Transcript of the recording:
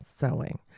sewing